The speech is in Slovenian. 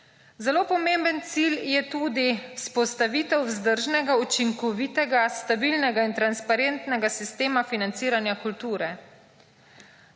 Zelo pomemben cilj je tudi vzpostavitev vzdržnega, učinkovitega, stabilnega in transparentnega sistema financiranja kulture.